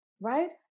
right